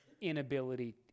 inability